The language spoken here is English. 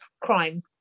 crime